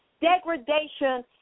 degradation